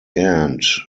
end